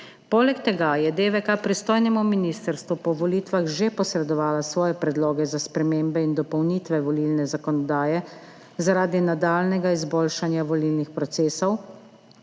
Poleg tega je DVK pristojnemu Ministrstvu po volitvah že posredovala svoje predloge za spremembe in dopolnitve volilne zakonodaje, zaradi nadaljnjega izboljšanja volilnih procesov,